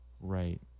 Right